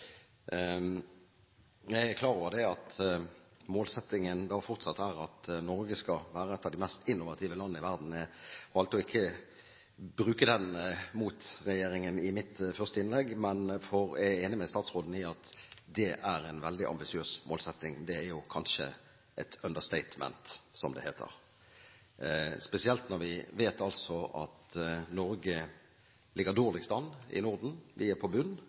Jeg er klar over at målsettingen fortsatt er at Norge skal være et av de mest innovative landene i verden. Jeg valgte ikke å bruke det mot regjeringen i mitt første innlegg, for jeg er enig med statsråden i at det er en veldig ambisiøs målsetting. Det er kanskje et understatement, som det heter, spesielt når vi vet at Norge ligger dårligst an i Norden. Vi er på